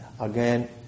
again